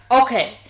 okay